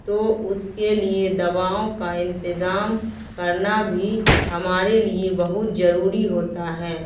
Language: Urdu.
تو اس کے لیے دواؤں کا انتظام کرنا بھی ہمارے لیے بہت ضروری ہوتا ہے